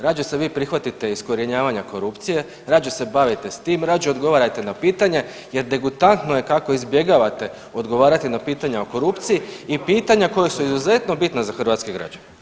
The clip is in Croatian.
Rađe se vi prihvatite iskorjenjavanja korupcije, rađe se bavite s tim, rađe odgovarajte na pitanje jer degutantno je kako izbjegavate odgovarati na pitanja o korupciji i pitanja koja su izuzetno bitna za hrvatske građane.